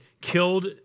killed